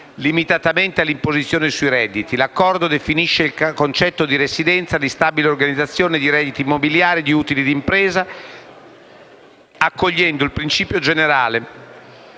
limitatamente all'imposizione sui redditi. L'Accordo definisce il concetto di residenza, di stabile organizzazione, di redditi immobiliari e di utili di impresa, accogliendo il principio generale